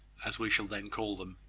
as we shall then call them.